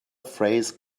phrase